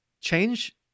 change